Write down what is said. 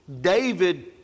David